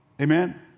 amen